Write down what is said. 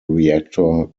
reactor